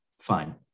Fine